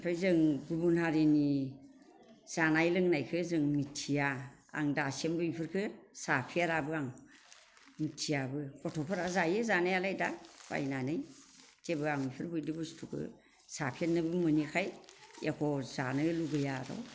ओमफ्राय जों गुबुन हारिनि जानाय लोंनायखौ जों मिथिया आं दासिमबो बेफोरखौ जाफेराबो आं मिथियाबो गथ'फोरा जायो जानायालाय दा बायनानै जेबो आं बेफोरबायदि बुस्थुखौ जाफेरनोबो मोनिखाय एख' जानो लुबैया आरो